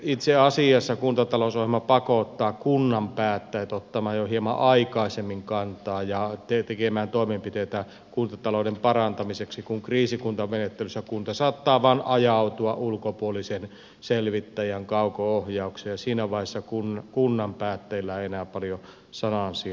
itse asiassa kuntatalousohjelma pakottaa kunnan päättäjät ottamaan jo hieman aikaisemmin kantaa ja tekemään toimenpiteitä kuntatalouden parantamiseksi kun kriisikuntamenettelyssä kunta saattaa vain ajautua ulkopuolisen selvittäjän kauko ohjaukseen siinä vaiheessa kun kunnan päättäjillä ei enää paljon sanan sijaa ole